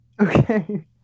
Okay